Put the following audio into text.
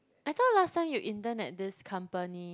I thought last time you intern at this company